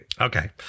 Okay